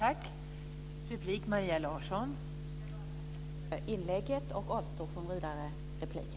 Fru talman! Jag tackar för inlägget och avstår från vidare replik.